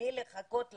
בלי לחכות לאישור.